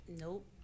nope